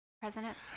president